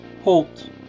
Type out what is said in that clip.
Holt